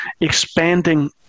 expanding